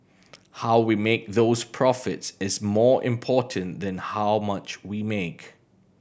how we make those profits is more important than how much we make